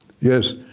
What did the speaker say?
yes